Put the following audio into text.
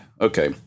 Okay